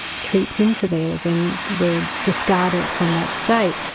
creeps into there, then we're discarded from that state.